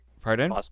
Pardon